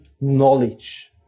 knowledge